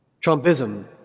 Trumpism